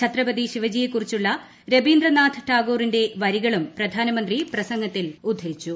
ഛത്രപതി ശിവജിയെക്കുറിച്ചുള്ള രൂപിീന്ദ്രനാഥ ടാഗോറിന്റെ വരികളും പ്രധാനമന്ത്രി പ്രസംഗത്തിൽ ഉദ്ധരിച്ചു